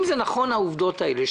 אם נכונות העובדות האלה,